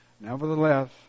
nevertheless